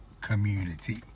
community